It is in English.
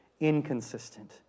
inconsistent